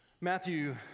Matthew